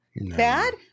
bad